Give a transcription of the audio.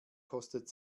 kostet